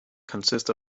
consists